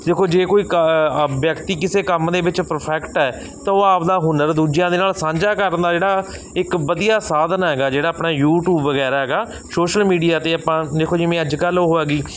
ਦੇਖੋ ਜੇ ਕੋਈ ਕ ਅ ਵਿਅਕਤੀ ਕਿਸੇ ਕੰਮ ਦੇ ਵਿੱਚ ਪਰਫੈਕਟ ਹੈ ਤਾਂ ਉਹ ਆਪਣਾ ਹੁਨਰ ਦੂਜਿਆਂ ਦੇ ਨਾਲ ਸਾਂਝਾ ਕਰਨ ਦਾ ਜਿਹੜਾ ਇੱਕ ਵਧੀਆ ਸਾਧਨ ਹੈਗਾ ਜਿਹੜਾ ਆਪਣਾ ਯੂਟੀਊਬ ਵਗੈਰਾ ਹੈਗਾ ਸੋਸ਼ਲ ਮੀਡੀਆ 'ਤੇ ਆਪਾਂ ਦੇਖੋ ਜਿਵੇਂ ਅੱਜ ਕੱਲ੍ਹ ਉਹ ਹੈਗੀ